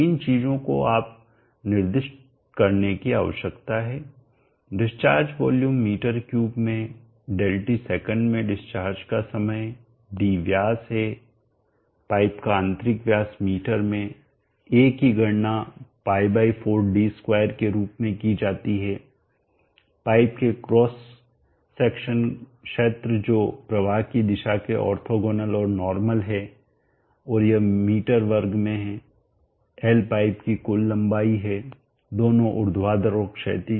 इन चीजों को आपको निर्दिष्ट करने की आवश्यकता है डिस्चार्ज वॉल्यूम मीटर क्यूब में Δt सेकंड में डिस्चार्ज का समय है d व्यास है पाइप का आंतरिक व्यास मीटर में A की गणना π4 d2 के रूप में की जाती है पाइप के क्रॉस का सेक्शन क्षेत्र जो प्रवाह की दिशा के ऑर्थोगोनल और नॉर्मल है और यह मीटर वर्ग में है L पाइप की कुल लंबाई है दोनों ऊर्ध्वाधर और क्षैतिज